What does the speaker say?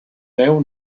deu